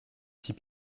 six